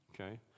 Okay